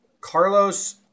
Carlos